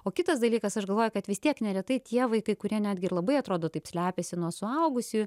o kitas dalykas aš galvoju kad vis tiek neretai tie vaikai kurie netgi ir labai atrodo taip slepiasi nuo suaugusiųjų